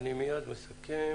אני מיד מסכם.